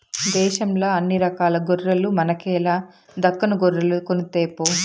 దేశంల అన్ని రకాల గొర్రెల మనకేల దక్కను గొర్రెలు కొనితేపో